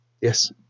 Yes